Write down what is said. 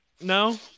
no